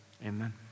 amen